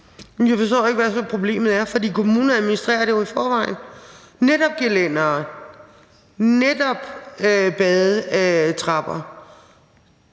Jeg forstår ikke, hvad problemet er, for kommunerne administrerer det jo i forvejen – det er netop gelændere og badetrapper.